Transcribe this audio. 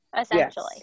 essentially